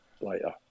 later